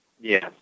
Yes